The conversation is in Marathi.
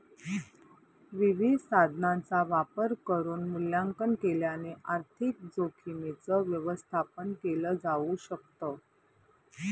विविध साधनांचा वापर करून मूल्यांकन केल्याने आर्थिक जोखीमींच व्यवस्थापन केल जाऊ शकत